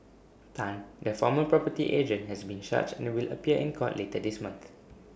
Tan the former property agent has been charged and will appear in court later this month